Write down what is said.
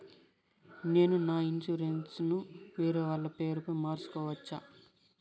నేను నా ఇన్సూరెన్సు ను వేరేవాళ్ల పేరుపై మార్సుకోవచ్చా?